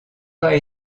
pas